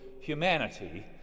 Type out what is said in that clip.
humanity